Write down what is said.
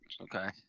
Okay